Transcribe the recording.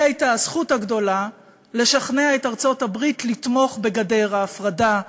לי הייתה הזכות הגדולה לשכנע את ארצות-הברית לתמוך בגדר ההפרדה,